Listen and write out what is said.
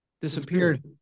disappeared